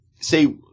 say